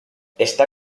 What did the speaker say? está